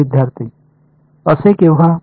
विद्यार्थीः असे केव्हा